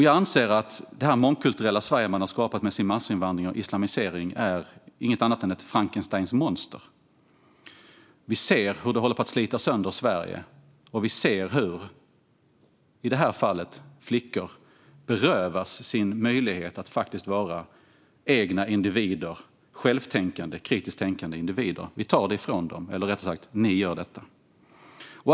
Jag anser att det mångkulturella Sverige man har skapat med sin massinvandring och islamisering inte är någonting annat än Frankensteins monster. Vi ser hur det håller på att slita sönder Sverige. Vi ser hur i det här fallet flickor berövas sin möjlighet att vara egna individer, självtänkande, kritiskt tänkande individer. Vi tar det ifrån dem, eller rättare sagt: Ni gör detta.